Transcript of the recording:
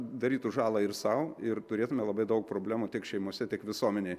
darytų žalą ir sau ir turėtume labai daug problemų tiek šeimose tiek visuomenėje